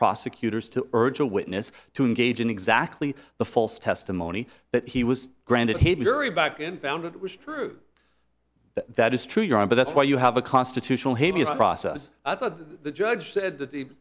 prosecutors to urge a witness to engage in exactly the false testimony that he was granted a very back and found it was true that is true you're on but that's why you have a constitutional process i thought the judge said that the